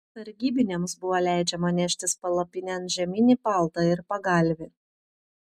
sargybiniams buvo leidžiama neštis palapinėn žieminį paltą ir pagalvį